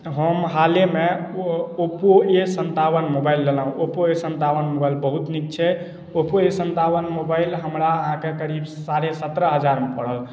हम हालहिमे Oppo A सन्तावन मोबाइल लेलहुँ ओप्पो ए सन्तावन मोबाइल बहुत नीक छै ओप्पो ए सन्तावन मोबाइल हमरा अहाँके करीब साढ़े सत्रह हजारमे पड़ल